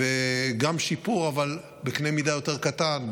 וגם שיפור, אבל בקנה מידה יותר קטן,